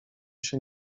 się